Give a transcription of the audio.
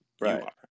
Right